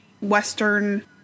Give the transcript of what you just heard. Western